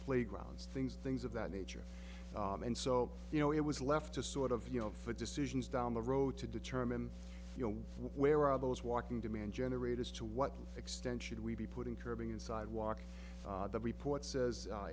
fle grounds things things of that nature and so you know it was left to sort of you know for decisions down the road to determine you know where are those walking demand generators to what extent should we be putting curbing in sidewalks the report says